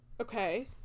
Okay